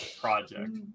project